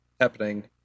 happening